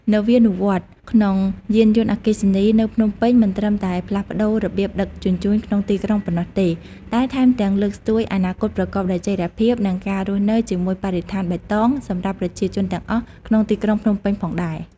នវានុវត្តន៍ក្នុងយានយន្តអគ្គិសនីនៅភ្នំពេញ មិនត្រឹមតែផ្លាស់ប្តូររបៀបដឹកជញ្ជូនក្នុងទីក្រុងប៉ុណ្ណោះទេ តែថែមទាំងលើកស្ទួយអនាគតប្រកបដោយចីរភាព និងការរស់នៅជាមួយបរិស្ថានបៃតងសម្រាប់ប្រជាជនទាំងអស់ក្នុងទីក្រុងភ្នំពេញផងដែរ។